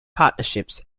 partnerships